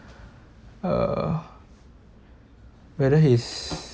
uh whether he's